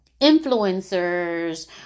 influencers